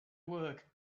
work